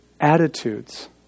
Attitudes